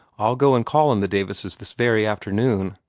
i'll go and call on the davises this very afternoon.